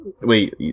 Wait